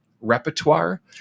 repertoire